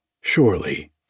surely